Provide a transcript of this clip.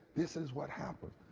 this is what happened.